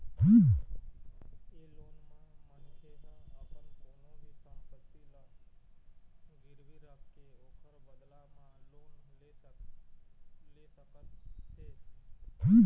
ए loan म मनखे ह अपन कोनो भी संपत्ति ल गिरवी राखके ओखर बदला म लोन ले सकत हे